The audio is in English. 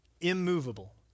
immovable